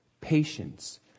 Patience